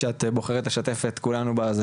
שאת בוחרת לשתף את כולנו בה.